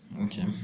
Okay